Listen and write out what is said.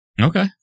Okay